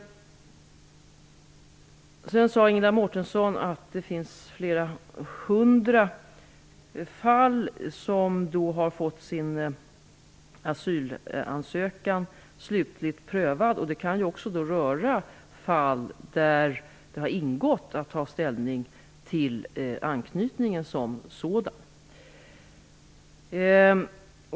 Ingela Mårtensson sade att det finns flera hundra fall som har fått sin asylansökan slutligt prövad. Det kan också röra fall där det har ingått att ta ställning till anknytningen som sådan.